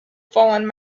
fallen